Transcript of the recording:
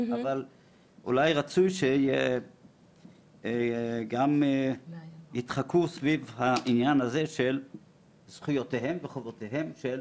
אבל אולי רצוי שיתחקו גם סביב העניין הזה של זכויותיהם וחובותיהם של